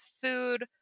food